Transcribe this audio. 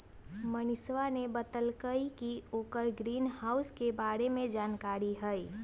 मनीषवा ने बतल कई कि ओकरा ग्रीनहाउस के बारे में जानकारी हई